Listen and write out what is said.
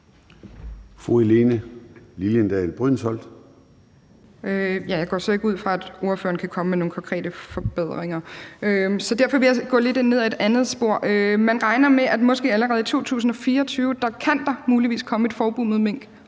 Helene Liliendahl Brydensholt (ALT): Jeg går så ikke ud fra, at ordføreren kan komme med nogen konkrete forbedringer. Derfor vil jeg gå lidt ned ad et andet spor. Man regner med, at der måske allerede i 2024 muligvis kan komme et forbud mod mink